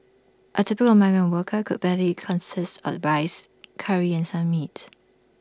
A typical migrant worker could barely consist of rice Curry and some meat